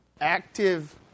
active